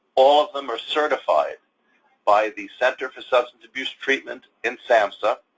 all of them are certified by the center for substance abuse treatment in samhsa.